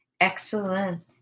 Excellent